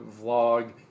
vlog